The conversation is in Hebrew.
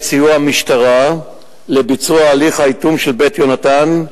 סיוע המשטרה לביצוע הליך האיטום של "בית יהונתן",